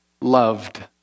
loved